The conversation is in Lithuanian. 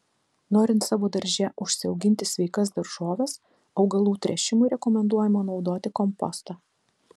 norint savo darže užsiauginti sveikas daržoves augalų tręšimui rekomenduojama naudoti kompostą